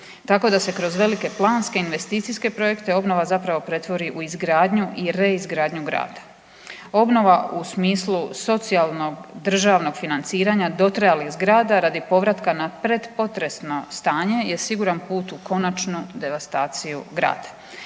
tako da se kroz velike planske investicijske projekte obnova zapravo pretvori u izgradnju i reizgradnju grada. Obnova u smislu socijalnog državnog financiranja dotrajalih zgrada radi povratka na predpotresno stanje je siguran put u konačnu devastaciju grada.